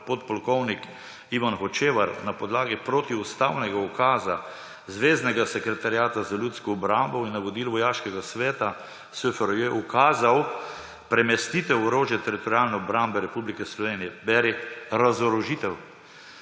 podpolkovnik Ivan Hočevar na podlagi protiustavnega ukaza Zveznega sekretariata za ljudsko obrambo in navodil Vojaškega sveta SFRJ ukazal premestitev orožja Teritorialne obrambe Republike Slovenije – beri, razorožitev.